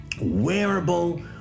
Wearable